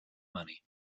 money